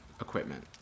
equipment